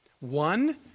One